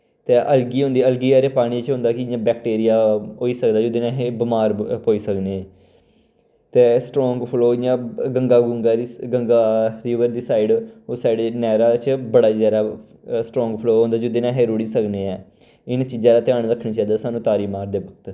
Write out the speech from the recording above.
ते अलग होंदी अलगी आह्ले पानी च होंदा बैक्टीरिया होई सकदे ते अस बमार पेई सकदे ते स्ट्रांग फ्लोऽ इ'यां गंगा रिवर दी साइड साढ़े नैह्रा च बड़ा जादा स्ट्रांग फ्लोऽ होंदा ऐ जेह्दे च अस रुढ़ी सकदे ऐं इन्न चीजें दा ध्यान रक्खना चाहिदा सानू तारी मारदे वक्त